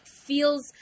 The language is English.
feels